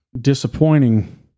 disappointing